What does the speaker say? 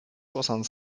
soixante